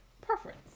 preference